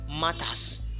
matters